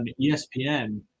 ESPN –